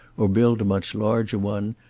or build a much larger one,